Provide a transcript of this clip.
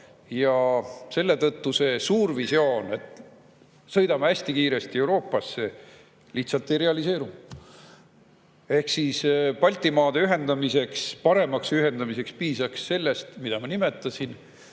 Ja selle tõttu see suur visioon, et sõidame hästi kiiresti Euroopasse, lihtsalt ei realiseeru. Baltimaade paremaks ühendamiseks piisaks sellest, mida ma nimetasin: